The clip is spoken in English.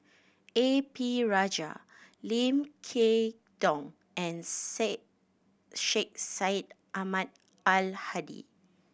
A P Rajah Lim Kay Tong and Syed Sheikh Syed Ahmad Al Hadi